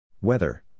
Weather